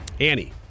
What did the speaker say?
Annie